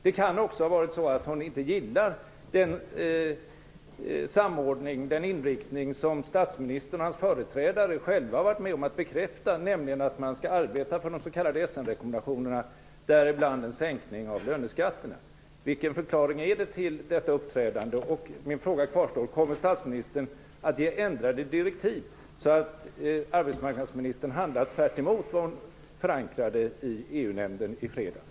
Det kan också ha varit så att hon inte gillar den samordning och den inriktning som statsministern och hans företrädare själva har varit om att bekräfta, nämligen att man skall arbeta för de s.k. Essenrekommendationerna, däribland en sänkning av löneskatterna. Vilken är den rätta förklaringen till detta uppträdande? Min fråga kvarstår också: Kommer statsministern att ge ändrade direktiv så att arbetsmarknadsministern handlar tvärtemot det hon förankrade i EU-nämnden i fredags?